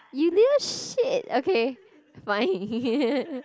you little shit okay fine